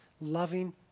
loving